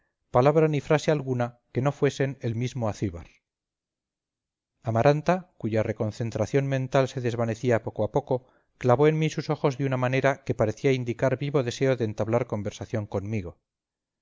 palabra ni frase alguna que no fuesen el mismo acíbar amaranta cuya reconcentración mental se desvanecía poco a poco clavó en mí sus ojos de una manera que parecía indicar vivo deseo de entablar conversación conmigo